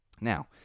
Now